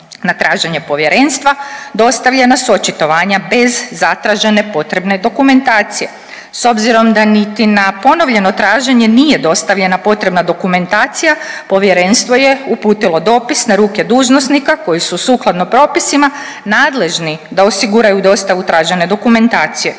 Na traženje povjerenstva dostavljena su očitovanja bez zatražene potrebne dokumentacije. S obzirom da niti na ponovljeno traženje nije dostavljena potrebna dokumentacija povjerenstvo je uputilo dopis na ruke dužnosnika koji su sukladno propisima nadležni da osiguraju dostavu tražene dokumentacije.